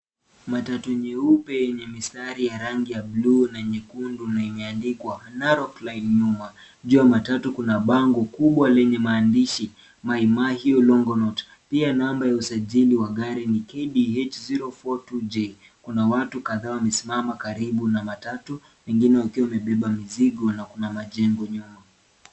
Matatu nyeupe yenye mistari ya rangi ya bluu na nyekundu na imeandikwa Narrow plane nyuma. Juu ya matatu kuna bango kubwa lenye maandishi MaiMahiu Longonot. Pia namba ya usajili wa gari ni KDH 042J . Kuna watu kadhaa wamesimama karibu na matatu, wengine wakiwa wamebeba mizigo na kuna majengo nyuma.